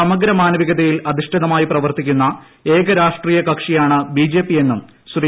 സമഗ്ര മാനവികതയിൽ അധിഷ്ഠിതമായി പ്രവർത്തിക്കുന്ന ഏക രാഷ്ട്രീയ കക്ഷിയാണ് ബിജെ പി എന്നും ശ്രീ